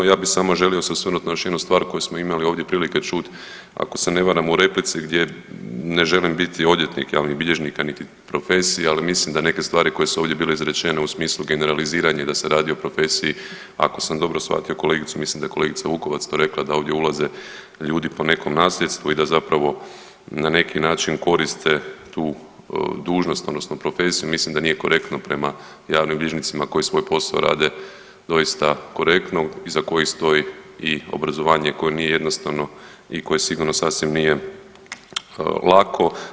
Ja bi samo želio se osvrnuti na još jednu stvar koju smo imali ovdje prilike čut, ako se ne varam u replici gdje ne želim biti odvjetnik javnih bilježnika niti profesije, ali mislim da neke stvari koje su ovdje bile izrečene u smislu generaliziranja da se radi o profesiji ako sam dobro shvatio kolegicu, mislim da je kolegica Vukovac to rekla da ovdje ulaze ljudi po neko nasljedstvo i da zapravo na neki način koriste tu dužnost odnosno profesiju, mislim da nije korektno prema javnim bilježnicima koji svoj posao rade doista korektno iza kojih stoji i obrazovanje koje nije jednostavno i koje sigurno sasvim nije lako.